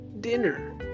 dinner